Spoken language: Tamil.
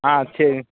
ஆ சரி